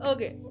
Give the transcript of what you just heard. Okay